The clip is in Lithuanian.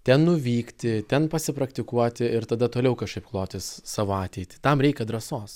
ten nuvykti ten pasipraktikuoti ir tada toliau kažkaip klotis savo ateitį tam reikia drąsos